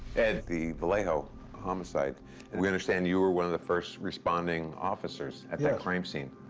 ed, the vallejo homicide we understand you were one of the first responding officers at that crime scene.